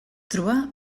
trobà